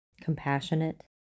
compassionate